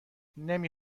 نمی